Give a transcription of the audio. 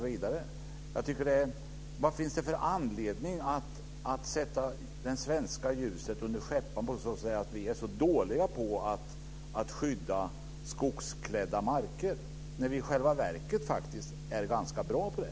Vad finns det för anledning att sätta det svenska ljuset under skäppan och säga att vi är så dåliga på att skydda skogsklädda marker när vi i själva verket faktiskt är ganska bra på det?